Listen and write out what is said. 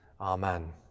amen